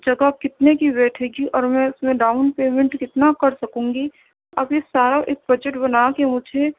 جگہ کتنے کی بیٹھے گی اور میں اُس میں ڈاؤن پیمنٹ کتنا کرسکوں گی ابھی سارا ایک بجٹ بنا کے مجھے